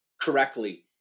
correctly